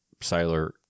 Siler